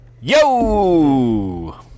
Yo